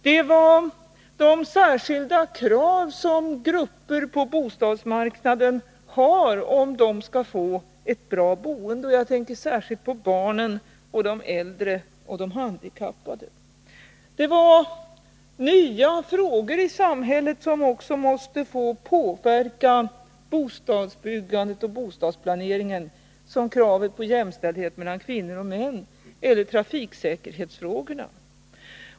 Det var de särskilda krav som vissa grupper på bostadsmarknaden har om de skall få ett bra boende. Jag tänker särskilt på barnen, de äldre och de handikappade. Det var nya frågor i samhället som också måste få påverka bostadsbyggande och bostadsplanering — såsom kraven på jämställdhet mellan kvinnor och män eller trafiksäkerhetsfrågorna.